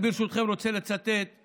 אני, ברשותכם, רוצה לצטט את